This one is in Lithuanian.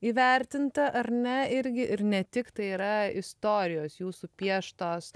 įvertinta ar ne irgi ir ne tik tai yra istorijos jūsų pieštos